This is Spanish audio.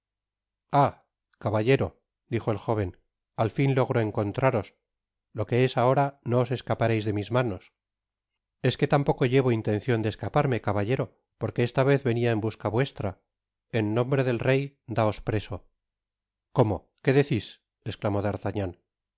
caballero i dijo el jóven al fin logro encontraros lo que es ahora no os escapareis de mis manos es que tampoco llevo intencion de escaparme caballero porque esta vez venia en busca vuestra en nombre del rey daos preso cómo qué decis